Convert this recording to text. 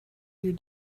you